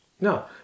No